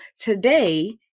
today